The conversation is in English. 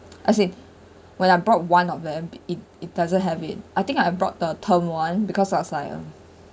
as in when I brought one of them it it doesn't have it I think I have brought the term [one] because was like a